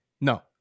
No